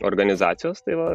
organizacijos tai va